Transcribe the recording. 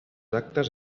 actes